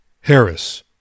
Harris